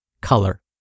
color